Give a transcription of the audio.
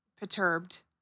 perturbed